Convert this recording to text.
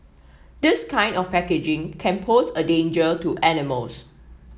this kind of packaging can pose a danger to animals